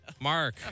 mark